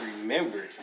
remember